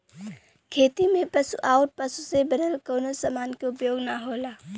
खेती में पशु आउर पशु से बनल कवनो समान के उपयोग ना होला